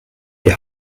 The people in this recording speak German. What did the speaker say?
die